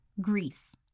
Greece